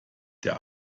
der